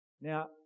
Now